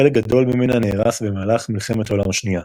חלק גדול ממנה נהרס במהלך מלחמת העולם השנייה.